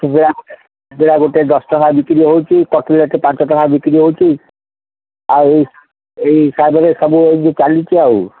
ସିଙ୍ଗଡ଼ା ସିଙ୍ଗଡ଼ା ଗୋଟେ ଦଶ ଟଙ୍କା ବିକ୍ରି ହେଉଛି କଟ୍ଲେଟ୍ ଗୋଟେ ପାଞ୍ଚ ଟଙ୍କା ବିକ୍ରି ହେଉଛି ଆଉ ଏଇ ହିସାବରେ ସବୁ ଏମିତି ଚାଲିଛି ଆଉ